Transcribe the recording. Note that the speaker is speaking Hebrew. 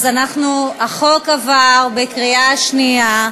החוק עבר בקריאה שנייה.